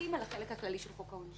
מסתמכים על החלק הכללי של חוק העונשין,